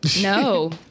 No